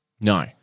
No